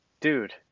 Dude